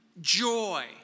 joy